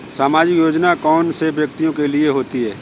सामाजिक योजना कौन से व्यक्तियों के लिए होती है?